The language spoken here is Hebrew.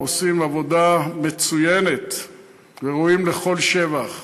עושים עבודה מצוינת וראויים לכל שבח.